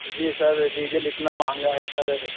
जी sir diesel इतना महँगा है सर